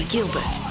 Gilbert